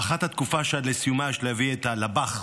הארכת התקופה שעד לסיומה יש להביא את הלב"ח,